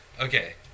Okay